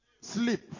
Sleep